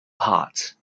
part